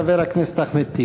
חבר הכנסת אחמד טיבי.